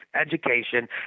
education